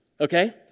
okay